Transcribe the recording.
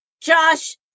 Josh